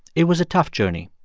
it was a tough journey.